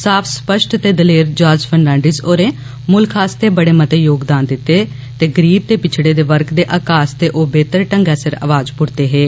साफ स्पश्ट ते दलेर जार्ज फर्नाडिस होरें मुल्ख आस्तै बडे मते योगदान दिते ते गरीब ते पिच्छड़े दे वर्ग दे हक्क आस्तै ओ बेहतर ढंगै सिर अवाज पुट्टदे हे